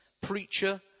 preacher